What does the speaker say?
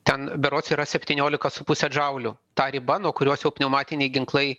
ten berods yra septyniolika su puse jaulių ta riba nuo kurios pneumatiniai ginklai